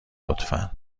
لطفا